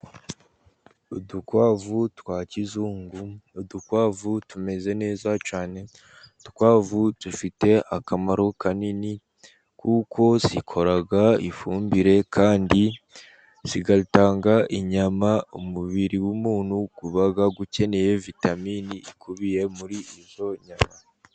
Udukwavu twa kizungu, udukwavu tumeze neza cyane, udukwavu dufite akamaro kanini, kuko zikora ifumbire kandi zigatanga inyama umubiri w'umuntu uba ukeneye, vitaminini ikubiye muri izo nyama.